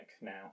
now